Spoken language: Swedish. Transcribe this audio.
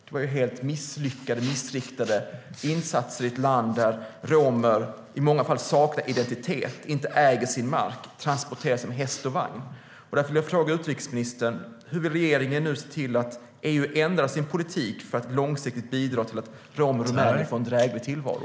Det var helt misslyckade och missriktade insatser i ett land där romer i många fall saknar identitet, inte äger sin mark och transporterar sig med häst och vagn. Därför vill jag fråga utrikesministern: Hur vill regeringen nu se till att EU ändrar sin politik för att långsiktigt bidra till att romer i Rumänien får en dräglig tillvaro?